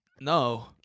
No